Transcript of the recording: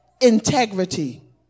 Integrity